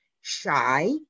shy